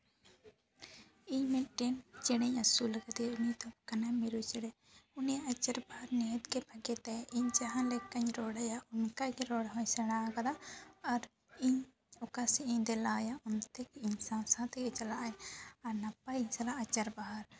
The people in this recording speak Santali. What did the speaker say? ᱤᱧ ᱢᱮᱫᱴᱮᱱ ᱪᱮᱬᱮᱧ ᱟᱹᱥᱩᱞᱟᱠᱟᱫᱮᱭᱟ ᱩᱱᱤ ᱫᱚ ᱠᱟᱱᱟᱭ ᱢᱤᱨᱩ ᱪᱮᱬᱮ ᱩᱱᱤᱭᱟᱜ ᱟᱧᱪᱟᱨ ᱯᱟᱸᱫ ᱱᱤᱦᱟᱹᱛ ᱜᱮ ᱵᱷᱟᱜᱤ ᱛᱟᱭᱟ ᱤᱧ ᱡᱟᱦᱟᱸ ᱞᱮᱠᱟᱧ ᱨᱚᱲᱟᱭᱟ ᱚᱱᱠᱟᱜᱮ ᱨᱚᱲ ᱦᱚᱸᱭ ᱥᱮᱬᱟᱣᱟᱠᱟᱫᱟ ᱟᱨ ᱤᱧ ᱚᱠᱟᱥᱮᱫ ᱤᱧ ᱫᱮᱞᱟᱣᱟᱭᱟ ᱚᱱᱛᱮ ᱜᱮ ᱤᱧ ᱥᱟᱶ ᱥᱟᱶ ᱛᱮᱜᱮᱭ ᱪᱟᱞᱟᱜᱼᱟᱭ ᱟᱨ ᱱᱟᱯᱟᱭ ᱪᱟᱞᱟᱜᱼᱟ ᱟᱪᱟᱨ ᱵᱟᱦᱟᱨ